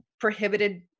prohibited